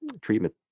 treatment